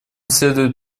следует